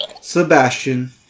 Sebastian